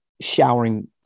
showering